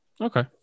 Okay